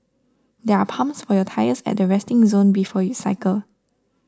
there are pumps for your tyres at the resting zone before you cycle